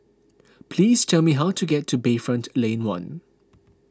please tell me how to get to Bayfront Lane one